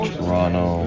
Toronto